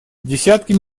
десятки